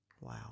Wow